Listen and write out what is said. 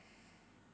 um